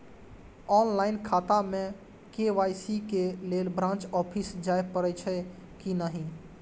Online खाता में KYC के लेल ब्रांच ऑफिस जाय परेछै कि नहिं?